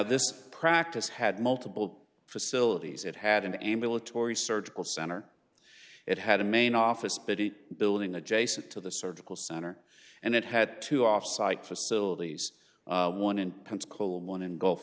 this practice had multiple facilities it had an ambulatory surgical center it had a main office busy building adjacent to the surgical center and it had two offsite facilities one in pensacola one in gulf